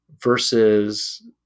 versus